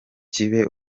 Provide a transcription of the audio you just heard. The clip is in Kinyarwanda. kibe